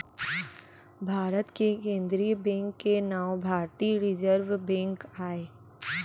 भारत के केंद्रीय बेंक के नांव भारतीय रिजर्व बेंक आय